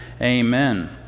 Amen